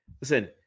Listen